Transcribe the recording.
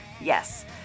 Yes